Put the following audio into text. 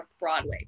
Broadway